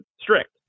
strict